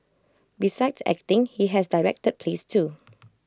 besides acting he has directed plays too